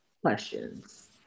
questions